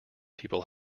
people